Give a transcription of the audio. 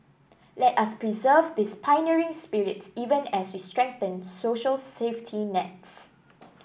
let us preserve this pioneering spirit even as we strengthen social safety nets